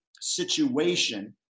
situation